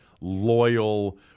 loyal